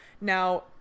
Now